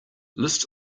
list